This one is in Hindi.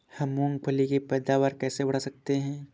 हम मूंगफली की पैदावार कैसे बढ़ा सकते हैं?